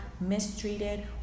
mistreated